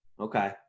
Okay